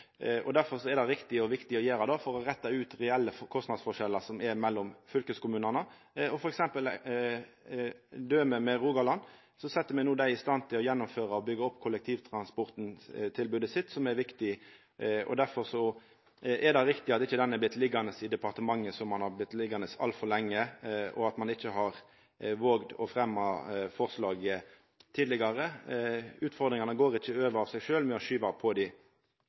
Derfor er det riktig og viktig å gjera det for å retta ut reelle kostnadsforskjellar som er mellom fylkeskommunane. I dømet med Rogaland set me dei i stand til no å gjennomføra og byggja opp kollektivtransporttilbodet sitt, som er viktig. Derfor er det riktig at dette ikkje har vorte liggande i departementet, der det har vorte liggande altfor lenge, og ein ikkje har vågt å fremja forslaget tidlegare. Utfordringane går ikkje over av seg sjølv ved å skyva på dei.